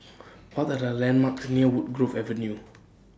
What Are The landmarks near Woodgrove Avenue